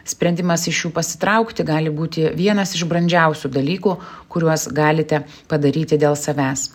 sprendimas iš jų pasitraukti gali būti vienas iš brandžiausių dalykų kuriuos galite padaryti dėl savęs